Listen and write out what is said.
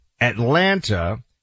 Atlanta